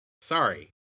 sorry